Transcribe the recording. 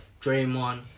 Draymond